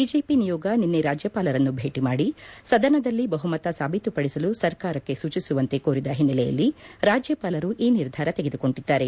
BJP ನಿಯೋಗ ನಿನ್ನೆ ರಾಜ್ಯಪಾಲರನ್ನು ಭೇಟಿ ಮಾದಿ ಸದನದಲ್ಲಿ ಬಹುಮತ ಸಾಬೀತು ಪದಿಸಲು ಸರ್ಕಾರಕ್ಕೆ ಸೂಚಿಸುವಂತೆ ಕೋರಿದ ಹಿನ್ಸೆಲೆಯಲ್ಲಿ ರಾಜ್ಯಪಾಲರು ಈ ನಿರ್ಧಾರ ತೆಗೆದುಕೊಂಡಿದ್ದಾರೆ